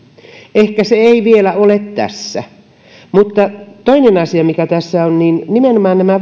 ehkä se ei vielä ole tässä mutta toinen asia mikä tässä on on nimenomaan nämä